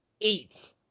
eight